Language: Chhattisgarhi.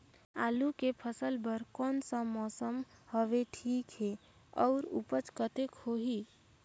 आलू के फसल बर कोन सा मौसम हवे ठीक हे अउर ऊपज कतेक होही?